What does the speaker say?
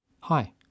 Hi